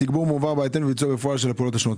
התגבור מועבר בהתאם לביצוע בפועל של הפעולות השונות".